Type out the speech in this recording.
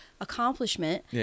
accomplishment